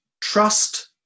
trust